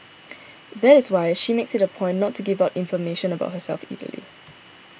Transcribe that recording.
that is why she makes it a point not to give out information about herself easily